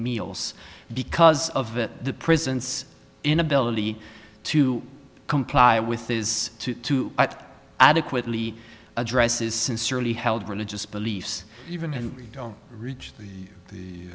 meals because of that the prisons inability to comply with is to adequately addresses sincerely held religious beliefs even reached the